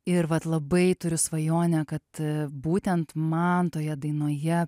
ir vat labai turiu svajonę kad būtent man toje dainoje